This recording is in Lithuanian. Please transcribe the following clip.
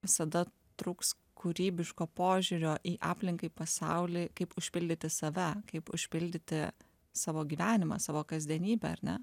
visada trūks kūrybiško požiūrio į aplinkai pasaulį kaip užpildyti save kaip užpildyti savo gyvenimą savo kasdienybę ar ne